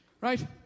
right